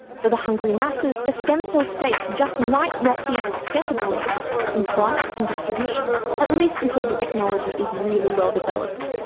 for the hungry masses, a stem cell steak just might not be accessible enough in price and distribution, at least until the technology is really well developed.